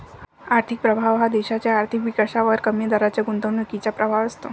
आर्थिक प्रभाव हा देशाच्या आर्थिक विकासावर कमी दराच्या गुंतवणुकीचा प्रभाव असतो